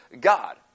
God